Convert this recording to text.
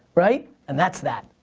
right? and that's that.